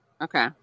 okay